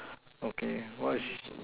okay what is